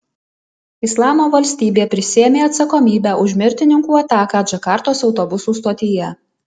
islamo valstybė prisiėmė atsakomybę už mirtininkų ataką džakartos autobusų stotyje